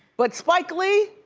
but spike lee?